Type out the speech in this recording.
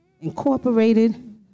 incorporated